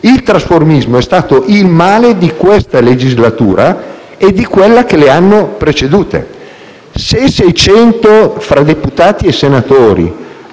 al trasformismo, che è stato il male di questa legislatura e di quelle che l'hanno preceduta. Se 600 tra deputati e senatori